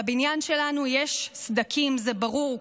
בבניין שלנו יש סדקים, זה ברור.